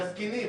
לזקנים,